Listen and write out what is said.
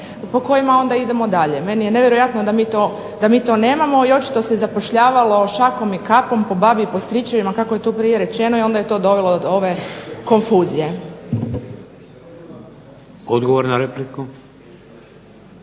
po kojima onda idemo dalje. Meni je nevjerojatno da mi to nemamo i očito se zapošljavalo šakom i kapom, po babi i po stričevima kako je tu prije rečeno i onda je to dovelo do ove konfuzije. **Šeks,